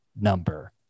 number